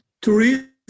Tourism